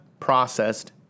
processed